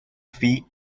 feet